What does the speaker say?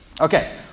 Okay